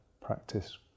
practice